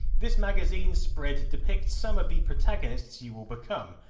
this magazine spread depicts some of the protagonists you will become,